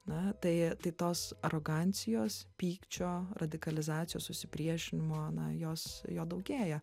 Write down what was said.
na tai tai tos arogancijos pykčio radikalizacijos susipriešinimo na jos jo daugėja